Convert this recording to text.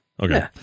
Okay